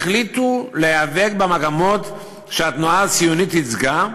החליטו להיאבק במגמות שהתנועה הציונית ייצגה,